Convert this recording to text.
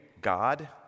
God